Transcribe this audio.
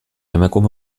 emakume